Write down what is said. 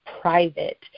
private